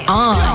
on